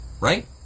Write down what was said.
Right